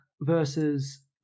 versus